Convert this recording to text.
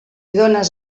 dónes